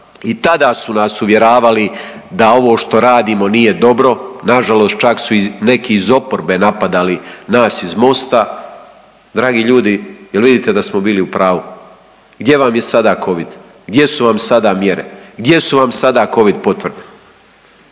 i tada su nas uvjeravali da ovo što radimo nije dobro, nažalost čak su i neki iz oporbe napadali nas iz Mosta, dragi ljudi, jel vidite da smo bili u pravu, gdje vam je sada covid, gdje su vam sada mjere, gdje su vam sada covid potvrde?